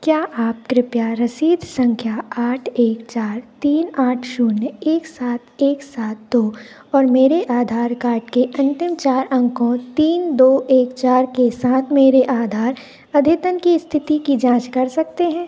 क्या आप कृपया रसीद संख्या आठ एक चार तीन आठ शून्य एक सात एक सात दो और मेरे आधार कार्ड के अंतिम चार अंकों तीन दो एक चार के साथ मेरे आधार अद्यतन की स्थिति की जाँच कर सकते हैं